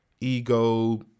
Ego